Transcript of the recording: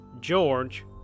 George